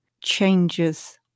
changes